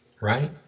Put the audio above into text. right